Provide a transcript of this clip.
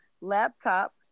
laptop